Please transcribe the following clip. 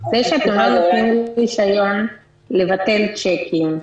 זה שאתם לא נותנים רישיון לבטל צ'קים,